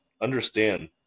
understand